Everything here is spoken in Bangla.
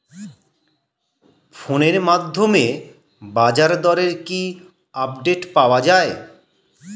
ফোনের মাধ্যমে বাজারদরের কি আপডেট পাওয়া যায়?